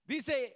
Dice